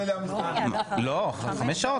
לפני ההצבעה על הנושא המהותי לא תהיה התייעצות.